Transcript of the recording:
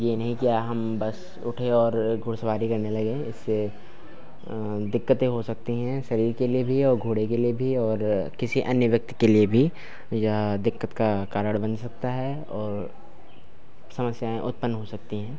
यह नहीं कि हम बस उठे और घुड़सवारी करने लगे इससे दिक्कतें हो सकती हैं शरीर के लिए भी और घोड़े के लिए भी और किसी अन्य व्यक्ति के लिए भी यह दिक्कत का कारण बन सकता है और समस्याएँ उत्पन्न हो सकती हैं